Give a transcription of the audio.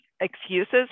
Excuses